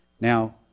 Now